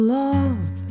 love